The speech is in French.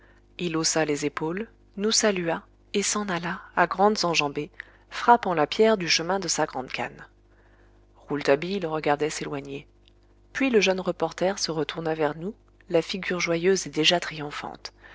il haussa les épaules nous salua et s'en alla à grandes enjambées frappant la pierre du chemin de sa grande canne rouletabille le regardait s'éloigner puis le jeune reporter se retourna vers nous la figure joyeuse et déjà triomphante